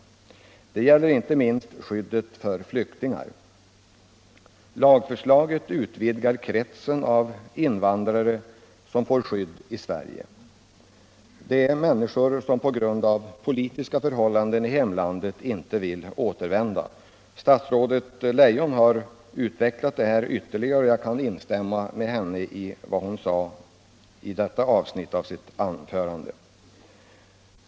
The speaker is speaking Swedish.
Det gäller inte minst skyddet för flyktingar. Lagförslaget utvidgar kretsen av invandrare som får skydd i Sverige. Det gäller människor som på grund av politiska förhållanden i hemlandet inte vill återvända. Statsrådet Leijon har utvecklat detta ytterligare, och jag kan instämma i vad hon sade i detta avsnitt av sitt anförande.